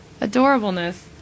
adorableness